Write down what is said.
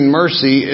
mercy